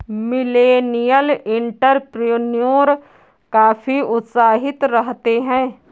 millennial entrepreneur काफी उत्साहित रहते हैं